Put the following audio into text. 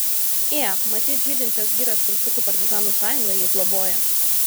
ė matyt žydinčios girios kirstukų partizanų sąjunga jį globoja